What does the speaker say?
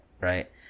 right